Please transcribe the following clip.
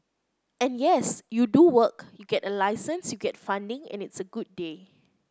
and yes you do work you get a license you get funding and it's a good day